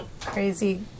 crazy